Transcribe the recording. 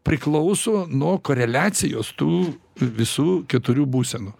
priklauso nuo koreliacijos tų visų keturių būsenų